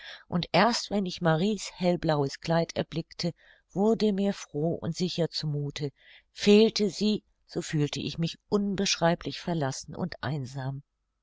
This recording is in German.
und erst wenn ich marie's hellblaues kleid erblickte wurde mir froh und sicher zu muthe fehlte sie so fühlte ich mich unbeschreiblich verlassen und einsam